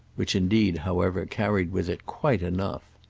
which indeed, however, carried with it quite enough.